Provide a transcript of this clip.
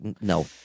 no